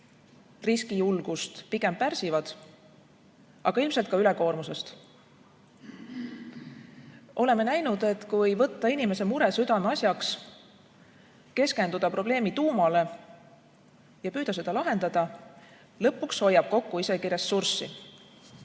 riskijulgust pigem pärsivad, aga ilmselt ka ülekoormusest. Oleme näinud, et kui võtta inimese mure südameasjaks, keskenduda probleemi tuumale ja püüda seda lahendada, saab lõpuks isegi ressurssi